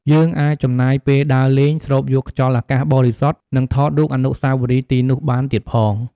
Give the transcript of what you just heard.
យើងអាចចំណាយពេលដើរលេង ស្រូបយកខ្យល់អាកាសបរិសុទ្ធ និងថតរូបអនុស្សាវរីយ៍ទីនោះបានទៀតផង ។